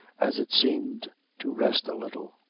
as it seemed to rest a little.